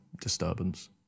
disturbance